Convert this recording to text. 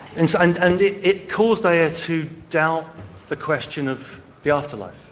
and so and and it it caused ayer to doubt the question of the afterlife,